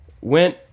went